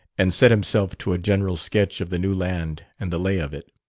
and set himself to a general sketch of the new land and the lay of it.